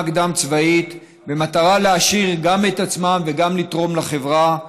קדם-צבאית במטרה גם להעשיר את עצמם וגם לתרום לחברה,